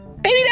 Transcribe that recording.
baby